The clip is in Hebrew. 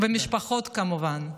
והמשפחות, כמובן.